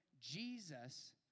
Jesus